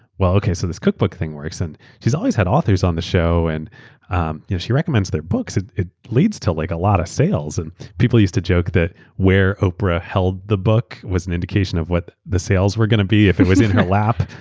okay so this cookbook thing works. and she's always had authors on the show and um she recommends their books. it it leads to like a lot of sales. and people used to joke that where oprah held the book was an indication of what the sales were going to be. if it was in her lap,